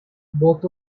both